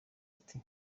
ati